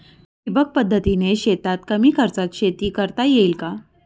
ठिबक पद्धतीने शेतात कमी खर्चात शेती करता येईल का?